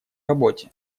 работе